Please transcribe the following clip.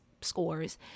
scores